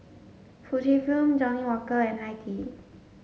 Fujifilm Johnnie Walker and Hi Tea